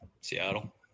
Seattle